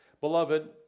Beloved